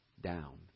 down